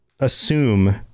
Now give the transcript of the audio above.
assume